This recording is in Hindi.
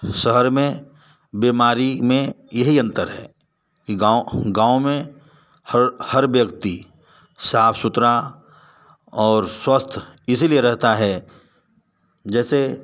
शहर में बीमारी में यही अंतर है कि गाँव गाँव में हर हर व्यक्ति साफ़ सुथरा और स्वस्थ इसीलिए रहता है जैसे